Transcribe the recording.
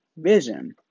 vision